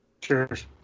Cheers